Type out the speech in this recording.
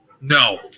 No